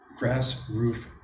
Grassroof